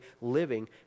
living